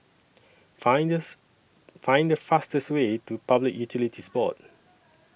Find The fastest Way to Public Utilities Board